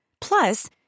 Plus